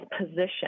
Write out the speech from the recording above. position